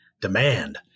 demand